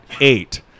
eight